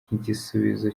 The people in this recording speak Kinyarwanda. nk’igisubizo